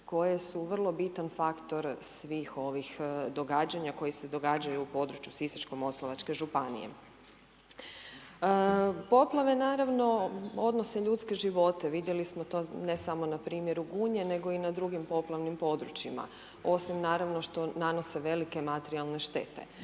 koje su vrlo bitan faktor svih ovih događanja koje se događaju u području Sisačko-moslavačka županije. Poplave naravno odnose ljudske živote, vidjeli smo to ne samo na primjeru Gunje nego i na drugim poplavnim područjima osim naravno što nanose velike materijalne štete.